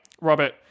Robert